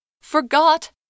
forgot